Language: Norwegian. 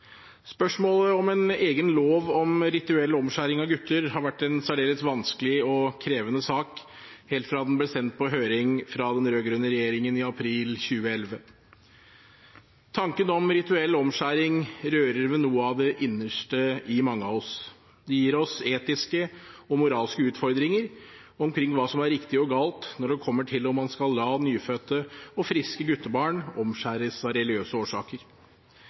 Spørsmålet om en egen lov om rituell omskjæring av gutter har vært en særdeles vanskelig og krevende sak helt fra den ble sendt på høring fra den rød-grønne regjeringen i april 2011. Tanken om rituell omskjæring rører ved noe av det innerste i mange av oss. Det gir oss etiske og moralske utfordringer omkring hva som er riktig og galt når det kommer til om man skal la nyfødte og friske guttebarn omskjæres av religiøse årsaker.